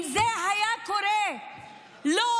אם זה היה קורה, לא